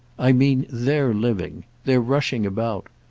i mean they're living. they're rushing about.